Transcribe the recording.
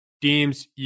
Deems